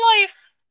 life